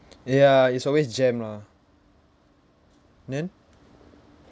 ya it's always jam lah then